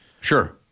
Sure